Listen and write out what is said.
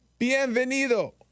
bienvenido